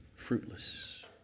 fruitless